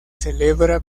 celebra